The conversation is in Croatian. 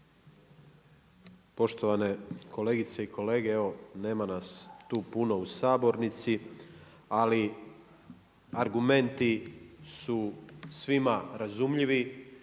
Poštovane kolegice i kolege, evo nema nas tu puno u sabornici, ali argumenti su svima razumljivi,